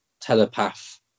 telepath